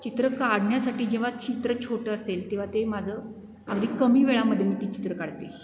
चित्र काढण्यासाठी जेव्हा चित्र छोटं असेल तेव्हा ते माझं अगदी कमी वेळामध्ये मी ते चित्र काढते